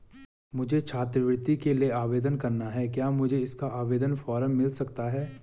मुझे छात्रवृत्ति के लिए आवेदन करना है क्या मुझे इसका आवेदन फॉर्म मिल सकता है?